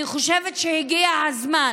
אני חושבת שהגיע הזמן